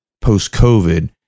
post-COVID